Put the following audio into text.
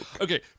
Okay